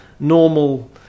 normal